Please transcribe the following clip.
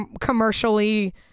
commercially